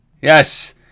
Yes